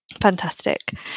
Fantastic